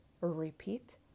repeat